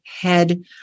head